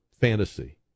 fantasy